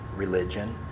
religion